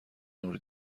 نور